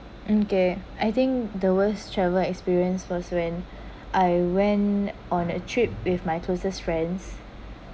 okay I think the worst travel experience was when I went on a trip with my closest friends